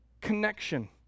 connection